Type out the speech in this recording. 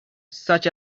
such